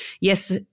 Yes